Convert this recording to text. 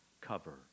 cover